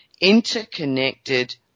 interconnected